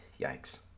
yikes